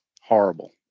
horrible